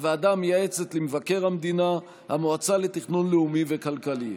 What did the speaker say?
הוועדה המייעצת למבקר המדינה והמועצה לתכנון לאומי וכלכלי.